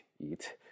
eat